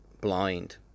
blind